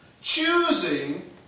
choosing